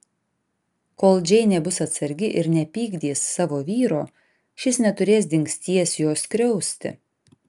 kol džeinė bus atsargi ir nepykdys savo vyro šis neturės dingsties jos skriausti